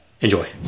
enjoy